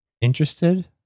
Interested